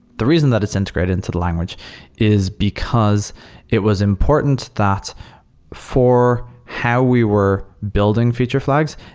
the reason that it's integrated into the language is because it was important that for how we were building feature flags,